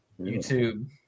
YouTube